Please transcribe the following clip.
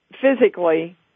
physically